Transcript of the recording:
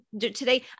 today